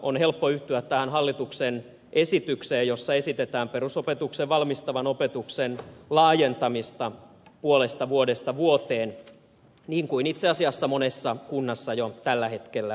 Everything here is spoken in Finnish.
on helppo yhtyä tähän hallituksen esitykseen jossa esitetään perusopetuksen valmistavan opetuksen laajentamista puolesta vuodesta vuoteen niin kuin itse asiassa monessa kunnassa jo tällä hetkellä tehdäänkin